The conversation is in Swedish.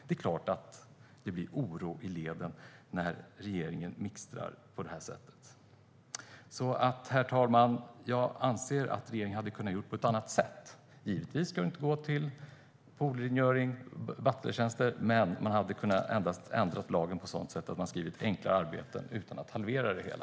Det är klart att det blir oro i leden när regeringen mixtrar på det här sättet. Herr talman! Jag anser alltså att regeringen hade kunnat göra på ett annat sätt. Givetvis ska det inte gå till poolrengöring eller butlertjänster, men man hade kunnat ändra lagen på ett sådant sätt att man skrev "enklare arbeten" utan att halvera det hela.